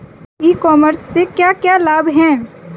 ई commerce से क्या क्या लाभ हैं?